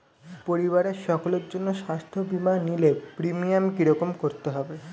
পরিবারের সকলের জন্য স্বাস্থ্য বীমা নিলে প্রিমিয়াম কি রকম করতে পারে?